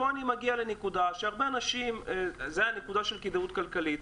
כאן אני מגיע לנקודה של כדאיות כלכלית.